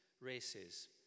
races